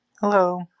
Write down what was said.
hello